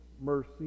mercy